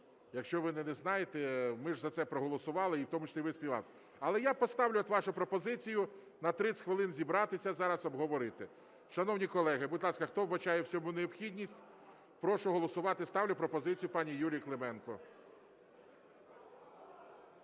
якщо ви не знаєте. Ми ж за це проголосували, і в тому числі ви співавтор. Але я поставлю вашу пропозицію на 30 хвилин зібратися зараз, обговорити. Шановні колеги, будь ласка, хто вбачає в цьому необхідність, прошу голосувати. Ставлю пропозицію пані Юлії Клименко.